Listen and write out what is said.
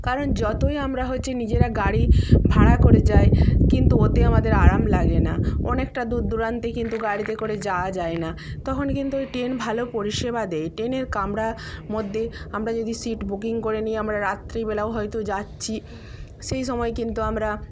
কারণ যতই আমার হচ্ছি নিজেরা গাড়ি ভাড়া করে যাই কিন্তু ওতে আমাদের আরাম লাগে না অনেকটা দূরদূরান্তে কিন্তু গাড়িতে করে যাওয়া যায় না তখন কিন্তু ওই ট্রেন ভালো পরিষেবা দেই ট্রেনের কামরা মধ্যে আমরা যদি সিট বুকিং করে নিই আমরা রাত্রিবেলাও হয়তো যাচ্ছি সেই সময় কিন্তু আমরা